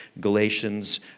Galatians